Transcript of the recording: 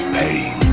pain